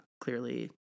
clearly